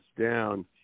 down